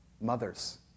mothers